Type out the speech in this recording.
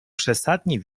przesadnie